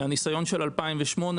מהניסיון של 2008,